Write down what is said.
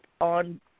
on